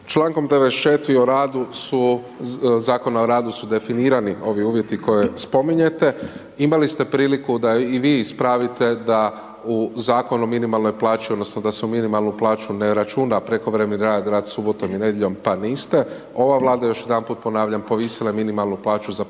o radu su, Zakona o radu su definirani ovi uvjeti koje spominjete. Imali ste priliku da i vi ispravite da u Zakonu o minimalnoj plaći, odnosno da se u minimalnu plaću ne računa prekovremeni rad, rad subotom i nedjeljom pa niste. Ova Vlada još jedanput ponavljam povisila je minimalnu plaću za 504